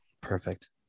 Perfect